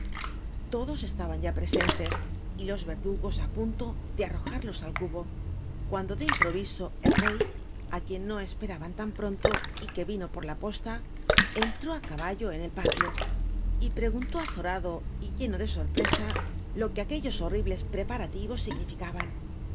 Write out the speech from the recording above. todos c laban ya presentes y los verdugos á punto lle arrojarlos al cuho cuando de improl'iso el rey á quien no esperaban tan pronto y que yino por la posta entró tt caballo en el palio y l l gunló azorado lleno de sorpresa lo que aquellos horribles preparaliyo significaban